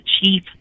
chief